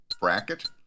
bracket